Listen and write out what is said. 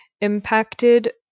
impacted